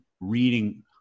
reading